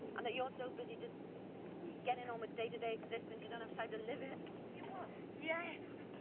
and that you're so busy just getting on with day-to-day existence, you don't have time to live it? you are? yes.